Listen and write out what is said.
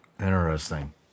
Interesting